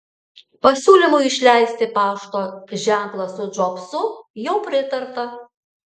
pasiūlymui išleisti pašto ženklą su džobsu jau pritarta